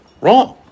Wrong